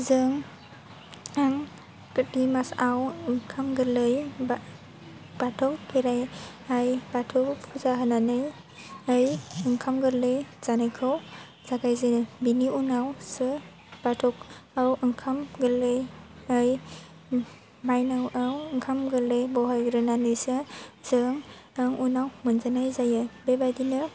जों आं काथि माचआव ओंखाम गोरलै बा बाथौ खेरायनाय बाथौ फुजा होनानै नै ओंखाम गोरलै जानायखौ जागायजेनो बेनि उनावसो बाथौआव ओंखाम गोरलै ओइ मायनावआव ओंखाम गोरलै बहायग्रोनानैसो जों उनाव मोनजानाय जायो बे बायदिनो